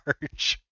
charge